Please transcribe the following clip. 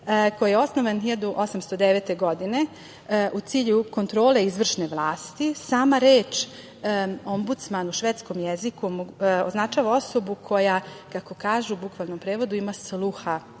koji je osnovan 1809. godine u cilju kontrole izvršne vlasti. Sama reč . ombudsman na švedskom jeziku označava osobu koja, kako kažu, u bukvalnom prevodu – ima sluha